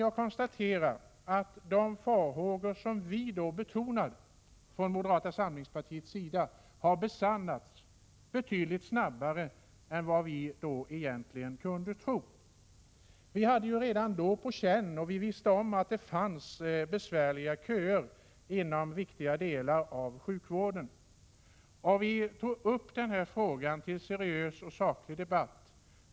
Jag konstaterar att de farhågor som vi då från moderat sida betonade har besannats betydligt snabbare än vad vi egentligen kunde tro. Vi hade redan då på känn och visste om att det fanns besvärliga köer inom viktiga delar av sjukvården, och vi tog upp den frågan till seriös och saklig debatt.